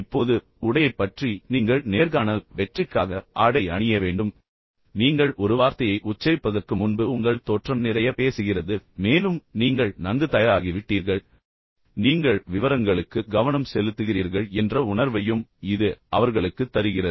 இப்போது உடையைப் பற்றி நீங்கள் நேர்காணல் வெற்றிக்காக ஆடை அணிய வேண்டும் ஏனென்றால் நீங்கள் ஒரு வார்த்தையை உச்சரிப்பதற்கு முன்பு உங்கள் தோற்றம் நிறைய பேசுகிறது மேலும் நீங்கள் நன்கு தயாராகிவிட்டீர்கள் பின்னர் நீங்கள் விவரங்களுக்கு கவனம் செலுத்துகிறீர்கள் என்ற உணர்வையும் இது அவர்களுக்குத் தருகிறது